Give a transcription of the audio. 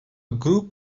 group